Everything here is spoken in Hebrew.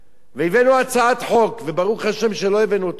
הבאנו הצעת חוק, וברוך השם שלא הבאנו אותה בסוף,